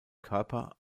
körper